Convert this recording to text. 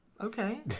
Okay